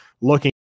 Looking